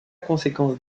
conséquence